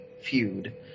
feud